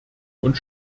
und